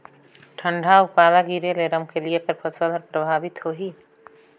ठंडा अउ पाला गिरे ले रमकलिया फसल कइसे प्रभावित होही?